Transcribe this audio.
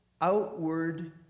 outward